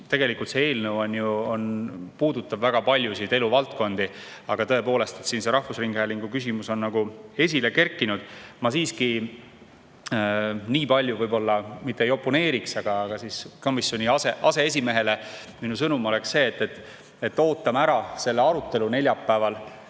asi. See eelnõu puudutab väga paljusid eluvaldkondi, aga tõepoolest on rahvusringhäälingu küsimus esile kerkinud. Ma siiski niipalju võib-olla mitte ei oponeeriks, aga komisjoni aseesimehele minu sõnum oleks see: ootame ära selle arutelu neljapäeval,